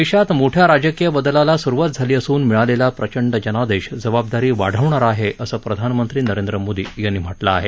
देशात मोठ्या राजकीय बदलाला सुरुवात झाली असून मिळालेला प्रचंड जनादेश जबाबदारी वाढवणारा आहे असं प्रधानमंत्री नरेंद्र मोदी यांनी म्हटलं आहे